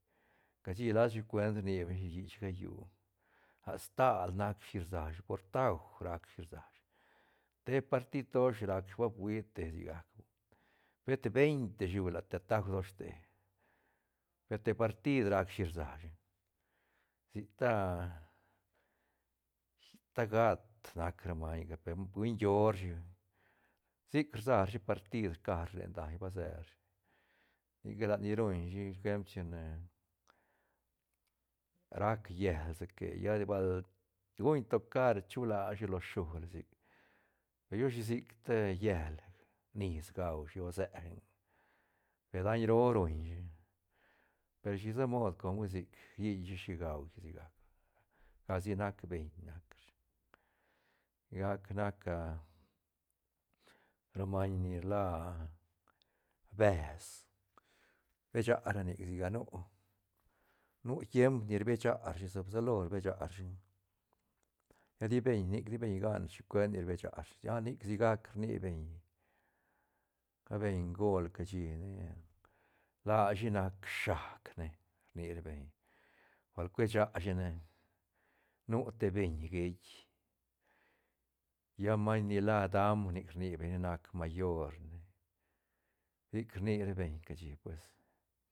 Cashi lasa si cuent rni beñ shi bishich gayu stal nac shi rsa shi por tauj nac shi rsashi te partid dosh racshi va fuia te sigac pet veinte te shi te taug doshte per te partid rac shi rsa shi sic ti sic ti gat nac ra maiñga per hui nguioshi sic rsa rashi partid rca rashi len daiñ ba se rashi nica lat ni ruñ shi ejemplo chine rac llel sique lla bal guñ tocar chula shi lo shula sic pe chu shi sicti llel nis gaushi o seë pe daiñ roo ruñ shi per shisa mood com hui sic llilshi shi gaushi sigac lagac sa nac beñ nacshi sigac nac ra maiñ ni la besh rbecha ra nic sigac nu- nu tiemp ni rbecha rashi supsalo rbecha rashi lla di beñ nic ti beñ gan shi cuent nic rbecha rashi ah nic sigac rni beñ ra bengol cashi ne lashi nac shac ne rni ra beñ bal cuesha shi ne nu te beñ geitk lla maiñ ni la dam nic rni beñ ne nac mayor ne sic rni ra beñ cashi pues.